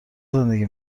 زندگی